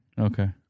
Okay